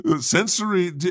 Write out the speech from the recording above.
Sensory